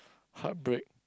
heartbreak